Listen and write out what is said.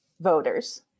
voters